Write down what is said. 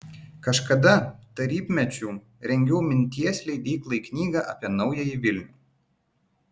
kažkada tarybmečiu rengiau minties leidyklai knygą apie naująjį vilnių